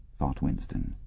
thought winston.